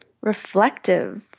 reflective